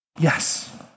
Yes